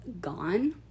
gone